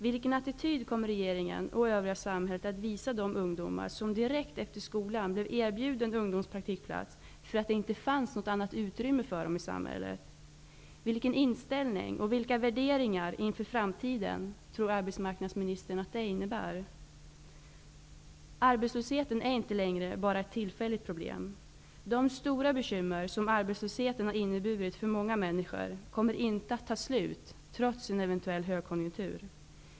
Vilken attityd kommer regeringen och övriga samhället att visa de ungdomar som direkt efter skolan blev erbjudna ungdomspraktikplatser därför att det inte fanns något annat utrymme för dem i samhället? Vilken inställning och vilka värderingar inför framtiden tror arbetsmarknadsministern att det innebär? Arbetslösheten är inte längre bara ett tillfälligt problem. De stora bekymmer som arbetslösheten har inneburit för många människor kommer inte att ta slut trots en eventuell högkonjunktur.